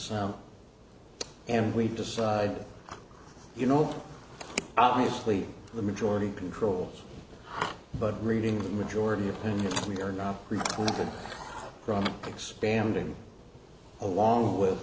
design and we decide you know obviously the majority controls but reading the majority opinion we are not required to expanding along with